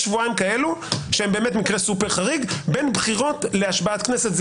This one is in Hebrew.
יש שבועיים כאלה שהם באמת מקרה סופר חריג בין בחירות להשבעת כנסת.